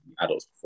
adults